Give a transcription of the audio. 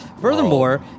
Furthermore